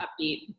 upbeat